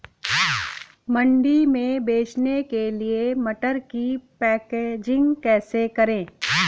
मंडी में बेचने के लिए मटर की पैकेजिंग कैसे करें?